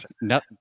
no